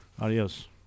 Adios